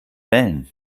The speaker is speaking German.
wählen